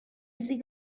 easy